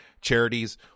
charities